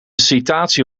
citatie